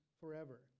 forever